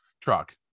truck